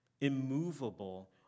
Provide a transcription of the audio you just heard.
immovable